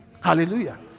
Hallelujah